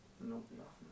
Nope